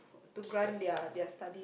to grant their their study